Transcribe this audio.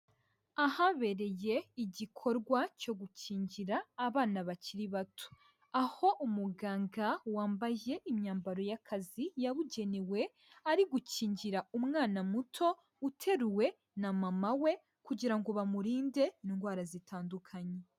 Ahabereye igikorwa cyo gukingira abana bakiri bato, aho umuganga wambaye imyambaro y'akazi yabugenewe ari gukingira umwana muto uteruwe na mama we, kugira ngo bamurinde indwara zitandukanye.